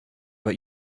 but